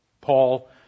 Paul